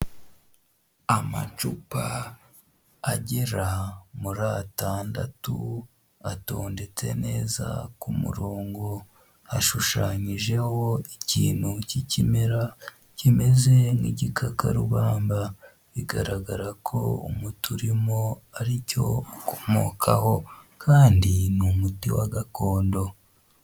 Amacupa agera muri atandatu atondetse neza ku murongo. Hashushanyijeho ikintu cy'ikimera kimeze nk'igikakarubamba bigaragara ko umutu urimo ari cyo ukomokaho kandi ni umuti wa gakondo.